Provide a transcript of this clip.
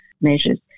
measures